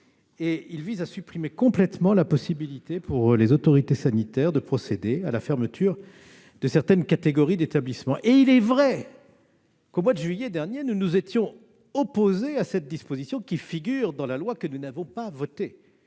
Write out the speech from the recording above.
vise à supprimer complètement la possibilité, pour les autorités sanitaires, de procéder à la fermeture de certaines catégories d'établissements. Il est vrai que, au mois de juillet dernier, nous nous étions opposés à cette disposition, qui figurait dans la loi que nous n'avions pas adoptée.